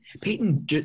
Peyton